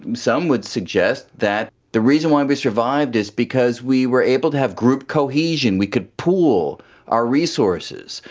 some would suggest that the reason why we survived is because we were able to have group cohesion, we could pool our resources,